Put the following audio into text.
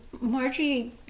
Marjorie